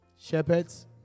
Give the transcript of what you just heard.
Shepherds